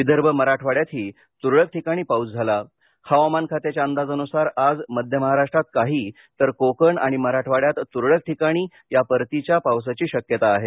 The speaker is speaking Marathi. विदर्भ मराठवाड्यातही तुरळक ठिकाणी पाऊस झाला हवामान खात्याच्या अंदाजानुसार आज मध्य महाराष्ट्रात काही तर कोकण आणि मराठवाड्यात तुरळक ठिकाणी या परतीच्या पावसाची शक्यता आहे